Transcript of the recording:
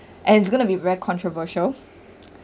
and it's going to be very controversial